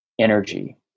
energy